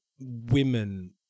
women